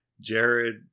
Jared